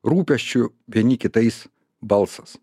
rūpesčiu vieni kitais balsas